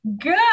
good